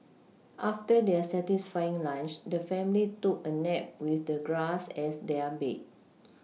after their satisfying lunch the family took a nap with the grass as their bed